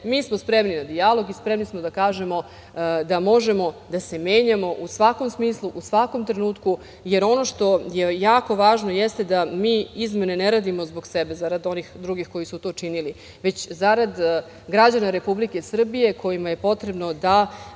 Mi smo spremni na dijalog i spremni smo da kažemo da možemo da se menjamo u svakom smislu, u svakom trenutku jer ono što je jako važno jeste da mi izmene ne radimo zbog sebe, zarad onih drugih koji su to činili, već zarad građana Republike Srbije kojima je potrebno da